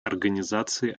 организации